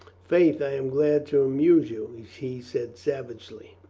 faith, i am glad to amuse you, he said savagely.